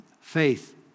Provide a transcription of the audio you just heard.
Faith